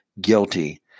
guilty